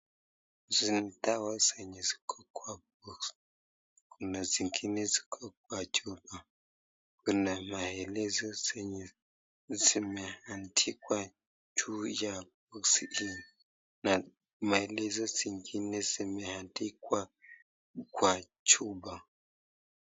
Hizi ni dawa ambazo ziko kwa boxi, kuna zingine ziko kwa chupa, kuna maelezo zenye zimeandikwa juu ya boxi hii na maelezo zingine zimeandikwa kwa chupa.